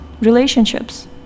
relationships